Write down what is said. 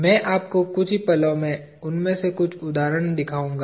मैं आपको कुछ पलो में उनमें से कुछ उदाहरण दिखाऊंगा